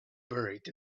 buried